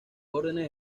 órdenes